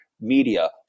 media